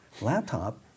Laptop